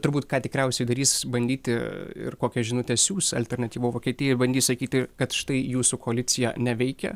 turbūt ką tikriausiai darys bandyti ir kokią žinutę siųs alternatyva vokietijai ir bandys sakyti kad štai jūsų koalicija neveikia